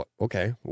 okay